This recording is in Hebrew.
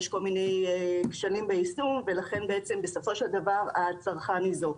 יש כל מיני כשלים ביישום ולכן בסופו של דבר הצרכן ניזוק.